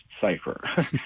cipher